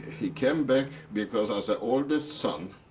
he came back because as an oldest son